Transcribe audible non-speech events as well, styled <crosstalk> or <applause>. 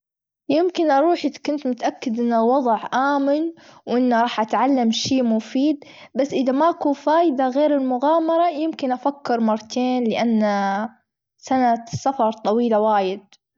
يمكن أروح إذ كنت متأكد من الوضع أمن وأن راح أتعلم شي مفيد، بس إذا ما أكو فايدة غير المغامرة يمكن أفكر مرتين لأنها <hesitation> سنة سفر طويلة وايد.